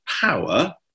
power